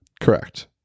Correct